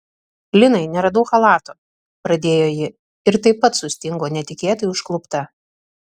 linai neradau chalato pradėjo ji ir taip pat sustingo netikėtai užklupta